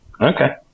okay